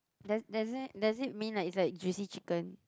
does does it does it mean like it's like juicy chicken